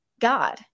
God